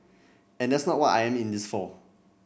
and that's not what I am in this for